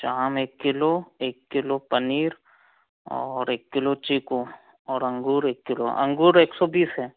जाम एक किलो एक किलो पनीर और एक किलो चीकू और अंगूर एक किलो अंगूर एक सौ बीस है